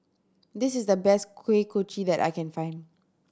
this is the best Kuih Kochi that I can find